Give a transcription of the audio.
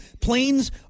planes